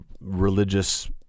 religious